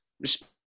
respect